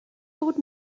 bod